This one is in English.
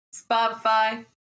Spotify